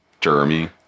Jeremy